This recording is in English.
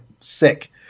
sick